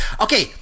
okay